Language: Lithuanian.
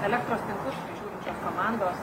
elektros tinklus prižiūrinčios komandos